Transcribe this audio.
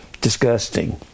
disgusting